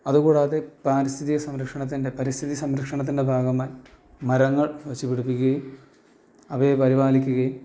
അത് കൂടാതെ പാരിസ്ഥിതിക സംരക്ഷണത്തിൻ്റെ പരിസ്ഥിതി സംരക്ഷണത്തിൻ്റെ ഭാഗമായി മരങ്ങൾ വച്ചുപിടിപ്പിക്കുകയും അവയെ പരിപാലിക്കുകയും